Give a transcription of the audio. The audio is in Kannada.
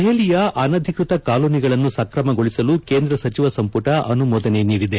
ದೆಹಲಿಯ ಅನಧಿಕ್ವತ ಕಾಲೋನಿಗಳನ್ನು ಸಕ್ರಮಗೊಳಿಸಲು ಕೇಂದ್ರ ಸಚಿವ ಸಂಪುಟ ಅನುಮೋದನೆ ನೀಡಿದೆ